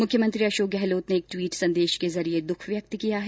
मुख्यमंत्री अशोक गहलोत ने एक ट्वीट संदेश के जरिये दुख व्यक्त किया है